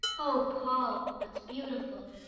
oh paul that's beautiful